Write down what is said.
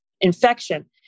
infection